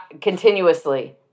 Continuously